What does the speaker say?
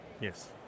Yes